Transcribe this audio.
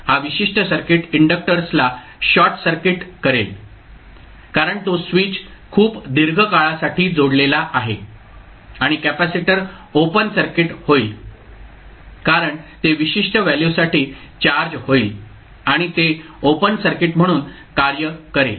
हा विशिष्ट सर्किट इंडक्टर्सला शॉर्ट सर्किट करेल कारण तो स्विच खूप दीर्घ काळासाठी जोडलेला आहे आणि कॅपेसिटर ओपन सर्किट होईल कारण ते विशिष्ट व्हॅल्यूसाठी चार्ज होईल आणि ते ओपन सर्किट म्हणून कार्य करेल